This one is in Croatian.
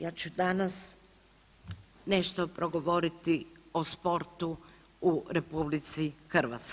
Ja ću danas nešto progovoriti o sportu u RH.